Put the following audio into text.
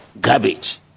Garbage